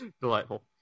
Delightful